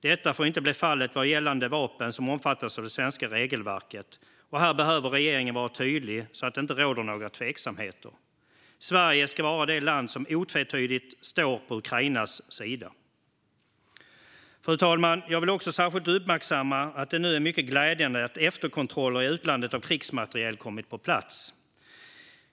Detta får inte bli fallet gällande vapen som omfattas av det svenska regelverket. Här behöver regeringen vara tydlig så att det inte råder några tveksamheter. Sverige ska vara det land som otvetydigt står på Ukrainas sida. Fru talman! Jag vill också särskilt uppmärksamma att det är mycket glädjande att efterkontroller i utlandet av krigsmateriel har kommit på plats.